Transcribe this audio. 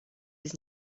his